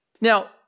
Now